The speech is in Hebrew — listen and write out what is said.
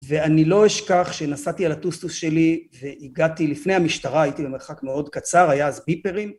ואני לא אשכח שנסעתי על הטוסטוס שלי והגעתי לפני המשטרה, הייתי במרחק מאוד קצר, היה אז ביפרים.